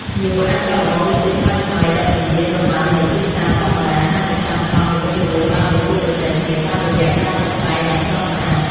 ភ្ញៀវអាចសាកល្បងរសជាតិប្លែកៗដែលមិនងាយរកបាននៅទីផ្សារធម្មតា ហើយម្ចាស់ស្តង់នីមួយៗបានប្រកួតប្រជែងគ្នាតាមរយៈការតុបតែងយ៉ាងស្រស់ស្អាត។